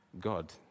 God